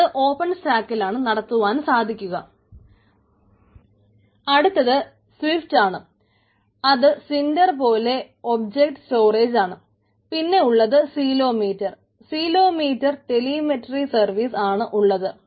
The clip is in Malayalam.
അത് ഓപ്പൺ സ്റ്റാക്കിലാണ് നടത്തുവാനാണ് സാധിക്കുക അടുത്തത് സ്വിഫ്റ്റ് സർവീസ് ആണ് ഉള്ളത്